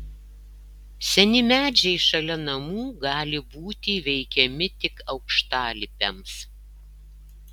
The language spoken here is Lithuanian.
seni medžiai šalia namų gali būti įveikiami tik aukštalipiams